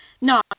No